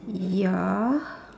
ya